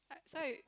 so